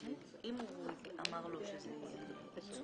מי נגד?